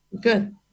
Good